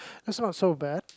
that's not so bad